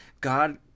God